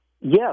Yes